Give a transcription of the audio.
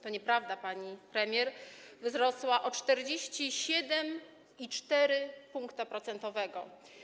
To nieprawda, pani premier - wzrosła o 47,4 punktu procentowego.